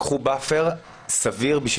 לקבוע זמן סביר --- שנייה.